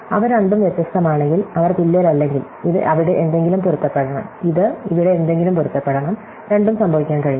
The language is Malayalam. അവ രണ്ടും വ്യത്യസ്തമാണെങ്കിൽ അവർ തുല്യരല്ലെങ്കിൽ ഇത് അവിടെ എന്തെങ്കിലും പൊരുത്തപ്പെടണം ഇത് ഇവിടെ എന്തെങ്കിലും പൊരുത്തപ്പെടണം രണ്ടും സംഭവിക്കാൻ കഴിയില്ല